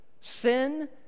sin